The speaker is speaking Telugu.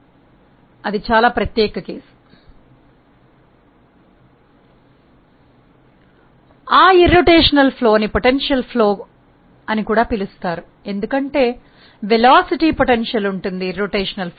భ్రమణ రహిత ప్రవాహాన్ని సంభావ్య ప్రవాహం అని కూడా పిలుస్తారు ఎందుకంటే వేగం లో సంభావ్యత ఉంది భ్రమణ రహిత ప్రవాహం పై